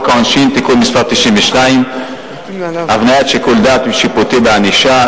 העונשין (תיקון מס' 92) (הבניית שיקול הדעת השיפוטי בענישה),